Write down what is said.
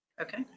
Okay